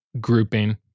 grouping